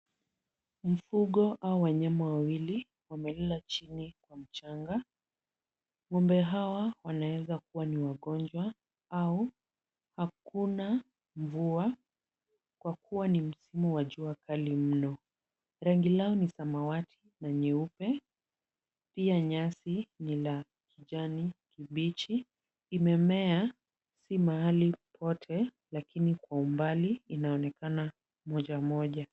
Mifugo au wanyama wawili wamelala chini kwa mchanga ng'ombe hawa wanaweza kuwa ni wagonjwa au hakuna mvua kwa kuwa msimu ni wa jua kali mno rangi yao ni samawati na nyeupe pia nyasi ni ya kijani kibichi imemea sio mahali pote lakini kwa mbali inaonekana mojamoja.